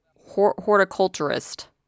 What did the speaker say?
horticulturist